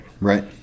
Right